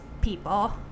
people